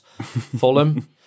Fulham